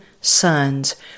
sons